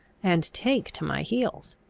and take to my heels.